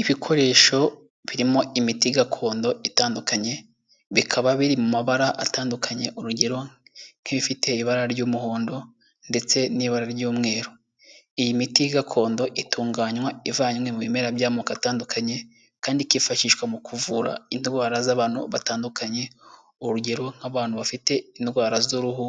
Ibikoresho birimo imiti gakondo itandukanye, bikaba biri mu mabara atandukanye, urugero nk'ibifite ibara ry'umuhondo ndetse n'ibara ry'umweru. Iyi miti gakondo itunganywa ivanywe mu bimera by'amoko atandukanye, kandi ikifashishwa mu kuvura indwara z'abantu batandukanye, urugero nk'abantu bafite indwara z'uruhu,